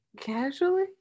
casually